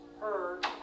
heard